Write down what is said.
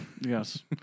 Yes